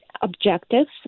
objectives